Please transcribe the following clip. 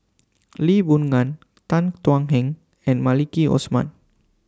Lee Boon Ngan Tan Thuan Heng and Maliki Osman